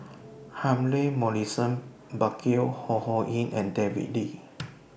Humphrey Morrison Burkill Ho Ho Ying and David Lee